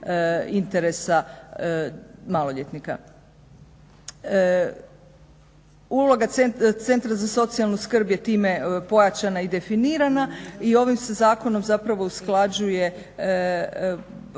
interesa maloljetnika. Uloga Centra za socijalnu skrb je time pojačana i definirana i ovim se zakonom zapravo usklađuje taj